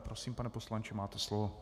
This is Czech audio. Prosím, pane poslanče, máte slovo.